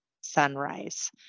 sunrise